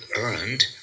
earned